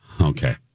Okay